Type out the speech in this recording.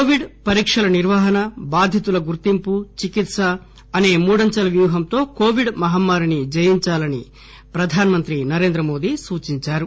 కోవి పరీఓల నిర్వహణ బాధితుల గుర్తింపు చికిత్ప అసే మూడంచెల వ్యూహంతో కోవిడ్ మహమ్మారిని జయించాలని ప్రధానమంత్రి నరేంద్ర మోదీ సూచించారు